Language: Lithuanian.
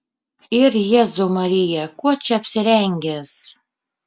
ir jėzau marija kuo čia apsirengęs